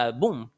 boom